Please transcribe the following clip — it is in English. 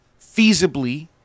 feasibly